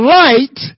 light